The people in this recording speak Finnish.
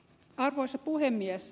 arvoisa puhemies